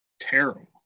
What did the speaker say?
terrible